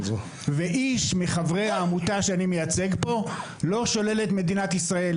ואיש מחברי העמותה שאני מייצג פה לא שולל את מדינת ישראל,